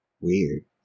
Weird